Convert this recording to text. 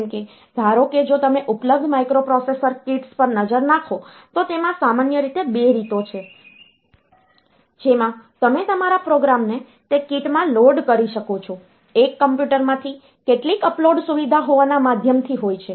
જેમ કે ધારો કે જો તમે ઉપલબ્ધ માઇક્રોપ્રોસેસર કિટ્સ પર નજર નાખો તો તેમાં સામાન્ય રીતે 2 રીતો છે જેમાં તમે તમારા પ્રોગ્રામ ને તે કીટ માં લોડ કરી શકો છો એક કોમ્પ્યુટરમાંથી કેટલીક અપલોડ સુવિધા હોવાના માધ્યમથી હોય છે